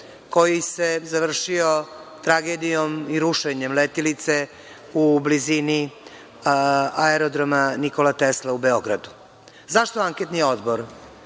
koji se završio tragedijom i rušenjem letilice u blizini aerodroma „Nikola Tesla“ u Beogradu.Zašto anketni odbor?